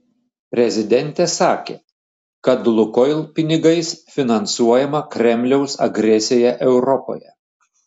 prezidentė sakė kad lukoil pinigais finansuojama kremliaus agresija europoje